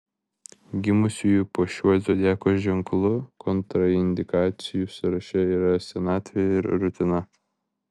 gimusiųjų po šiuo zodiako ženklu kontraindikacijų sąraše yra senatvė ir rutina